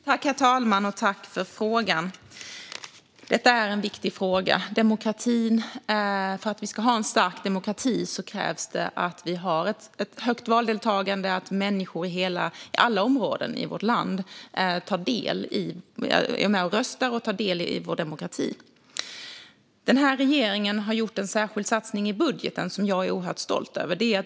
Herr talman! Jag tackar för frågan. Detta är en viktig fråga. För att vi ska ha en stark demokrati krävs det att vi har ett högt valdeltagande och att människor i alla områden i vårt land är med och röstar och deltar i vår demokrati. Denna regering har gjort en särskild satsning i budgeten som jag är oerhört stolt över.